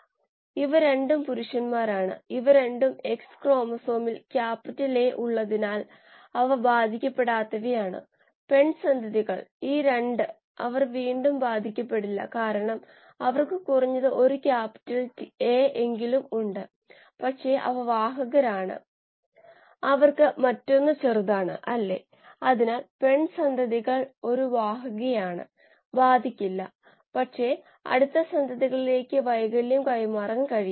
ഉപാപചയപരമായി എത്രമാത്രം താപം ഉൽപാദിപ്പിക്കപ്പെടുന്നുവെന്ന് അറിഞ്ഞുകഴിഞ്ഞാൽ ഏതുതരം തണുപ്പിക്കൽ രീതിയാണ് നാം കാണേണ്ടതെന്ന് പറയാൻ കഴിയും